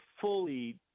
fully